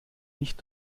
nicht